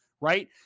right